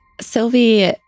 Sylvie